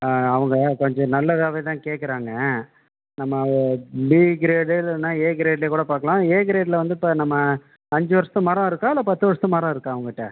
ஆ அவங்க கொஞ்சம் நல்லதாகவே தான் கேட்குறாங்க நம்ம பி க்ரேடு இல்லைனா ஏ க்ரேட்லேயே கூட பார்க்கலாம் ஏ க்ரேட்டில் வந்து இப்போ நம்ம அஞ்சு வருஷத்து மரம் இருக்கா இல்லை பத்து வருஷத்து மரம் இருக்கா உங்ககிட்ட